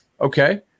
Okay